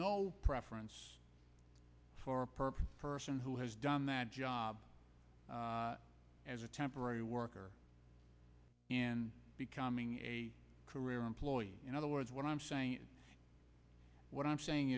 no preference for a purple person who has done that job as a temporary worker in becoming a career employees in other words what i'm saying what i'm saying